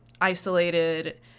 isolated